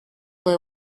they